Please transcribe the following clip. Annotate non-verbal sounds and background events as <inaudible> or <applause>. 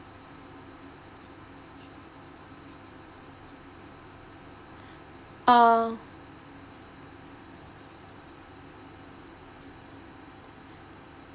<breath> uh